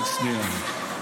רק שנייה.